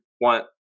want